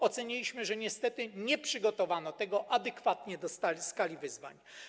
Oceniliśmy, że niestety nie przygotowano tego adekwatnie do skali wyzwań.